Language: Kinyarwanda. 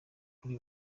kuri